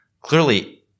clearly